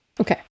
Okay